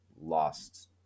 lost